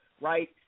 right